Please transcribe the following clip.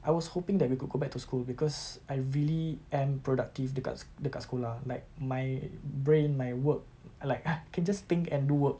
I was hoping that we could go back to school because I really am productive dekat dekat sekolah like my brain my work like ah I can just think and do work